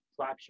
Slapshot